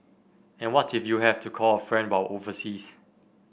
and what if you have to call a friend while overseas